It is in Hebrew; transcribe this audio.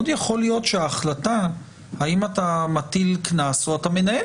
מאוד יכול להיות שההחלטה אם להטיל קנס או לנהל